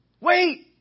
wait